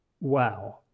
Wow